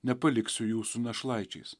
nepaliksiu jūsų našlaičiais